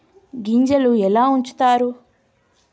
గింజలు ఎలా ఉంచుతారు?